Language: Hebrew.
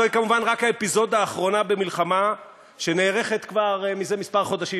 זוהי כמובן רק האפיזודה האחרונה במלחמה שנערכת כבר כמה חודשים,